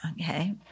Okay